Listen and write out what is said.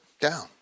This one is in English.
down